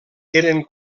eren